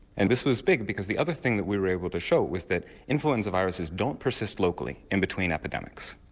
and this was big because the other thing that we were able to show was that influenza viruses don't persist locally in between epidemics.